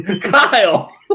Kyle